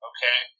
Okay